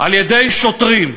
על-ידי שוטרים.